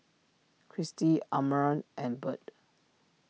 Kristy Amarion and Bird